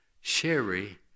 Sherry